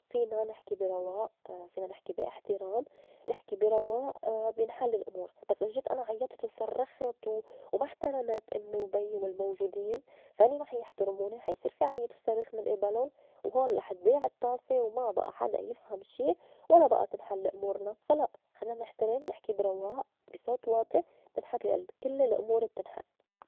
فينا نحكي بي رواء فينا نحكي بي أحترام، نحكي بي رواء بينحل الأمور بس إذا جيت أنا عيّطت وصرّخت و وما احترمت أمّي وبي والموجودين فا هنّي رح يحترموني حا يصير في عايط وصريخ من إبلون وهون رح اتضيع الطّاسة وما بئى حدا يفهم شي ولا بئى تنحل أمورنا فا لأ خلّينا نحترم نحكي برواء بي صوت واطي منحل كل الأمور بتنحل.